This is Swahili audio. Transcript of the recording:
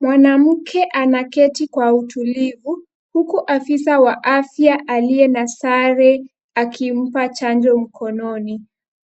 Mwanamke anaketi kwa utulivu huku afisa wa afya aliye na sare akimpa chanjo mkononi.